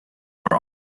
are